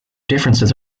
differences